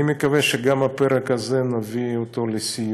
אני מקווה שגם את הפרק הזה נביא לסיום,